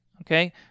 okay